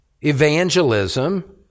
evangelism